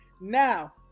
Now